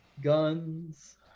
Guns